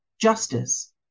justice